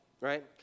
right